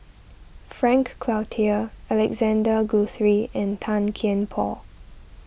Frank Cloutier Alexander Guthrie and Tan Kian Por